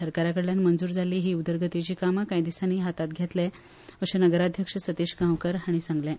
सरकारा कडल्यान मंजूर जाल्ली हीं उदरगतीचीं कामां कांय दिसांनी हातांत घेतले अशें नगराध्यक्ष सतीश गांवकार हांणी सांगलें